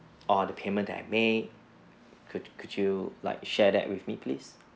or the payment that I made could could you like share that with me please